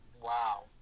Wow